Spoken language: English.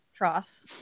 Tross